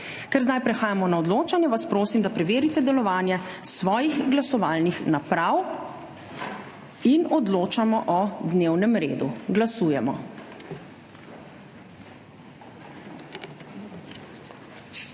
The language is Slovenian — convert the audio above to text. Ker zdaj prehajamo na odločanje, vas prosim, da preverite delovanje svojih glasovalnih naprav in odločamo o dnevnem redu. Glasujemo.